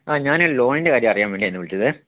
ഞാന് ലോണിൻ്റെ കാര്യം അറിയാൻ വേണ്ടി ആണ് വിളിച്ചത്